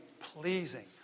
pleasing